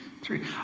Three